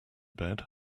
bed